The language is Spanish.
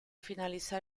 finalizar